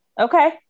okay